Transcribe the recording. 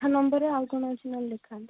ଆଠ ନମ୍ବରରେ ଆଉ କ'ଣ ଅଛି ନହେଲେ ଦେଖାନ୍ତୁ